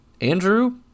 Andrew